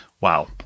wow